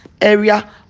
area